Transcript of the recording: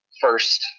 first